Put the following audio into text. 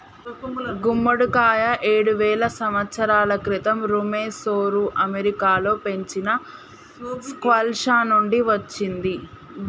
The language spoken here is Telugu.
గుమ్మడికాయ ఏడువేల సంవత్సరాల క్రితం ఋమెసోఋ అమెరికాలో పెంచిన స్క్వాష్ల నుండి వచ్చింది